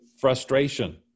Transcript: frustration